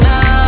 Now